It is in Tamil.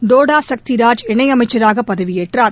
டோடா சத்திராஜ் இணையமைச்சராக பதவியேற்றார்